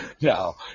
No